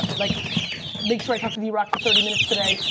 like make sure i talked to the rock for thirty minutes today.